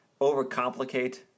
overcomplicate